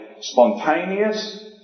spontaneous